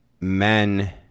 Men